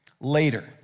Later